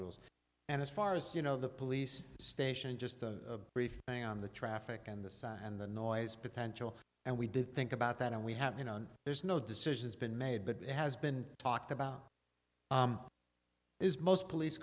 rules and as far as you know the police station just a brief thing on the traffic and the sign and the noise potential and we did think about that and we have you know there's no decisions been made but it has been talked about is most police